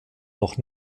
noch